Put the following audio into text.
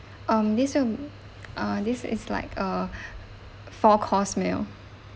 um this will uh this is like a four course meal